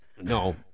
No